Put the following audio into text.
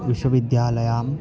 विश्वविद्यालये